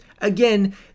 Again